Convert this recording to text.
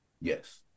Yes